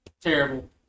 terrible